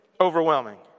overwhelming